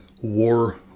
war